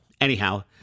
Anyhow